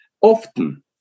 often